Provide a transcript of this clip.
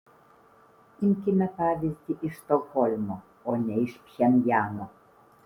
imkime pavyzdį iš stokholmo o ne iš pchenjano